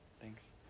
Thanks